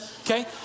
okay